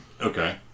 Okay